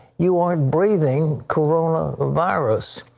you aren't breathing coronavirus.